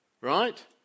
right